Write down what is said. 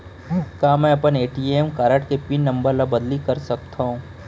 का मैं अपन ए.टी.एम कारड के पिन नम्बर ल बदली कर सकथव?